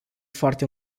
foarte